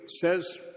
says